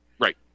Right